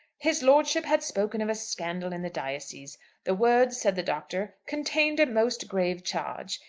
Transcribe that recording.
his lordship had spoken of scandal in the diocese the words, said the doctor, contained a most grave charge.